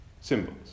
symbols